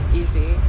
easy